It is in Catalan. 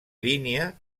línia